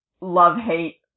love-hate